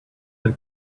than